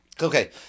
Okay